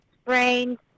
sprained